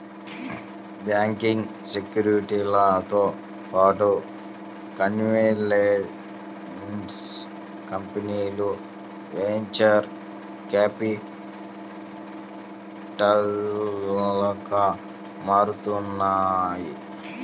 banking, సెక్యూరిటీలతో పాటు consultancy కంపెనీలు వెంచర్ క్యాపిటల్గా మారుతున్నాయి